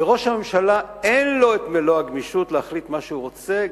וראש הממשלה אין לו מלוא הגמישות להחליט מה שהוא רוצה.